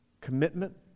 commitment